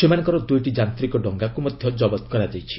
ସେମାନଙ୍କର ଦୁଇଟି ଯାନ୍ତିକ ଡଙ୍ଗାକୁ ମଧ୍ୟ ଜବତ କରାଯାଇଛି